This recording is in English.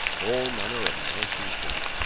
all manner of nourishing food,